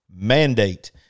mandate